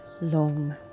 long